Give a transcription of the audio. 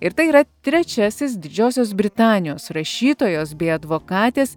ir tai yra trečiasis didžiosios britanijos rašytojos bei advokatės